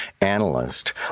Analyst